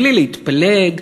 בלי להתפלג,